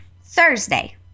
Thursday